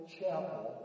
Chapel